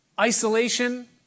isolation